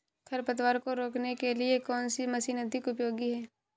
खरपतवार को रोकने के लिए कौन सी मशीन अधिक उपयोगी है?